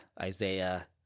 Isaiah